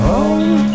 Home